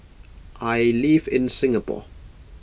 I live in Singapore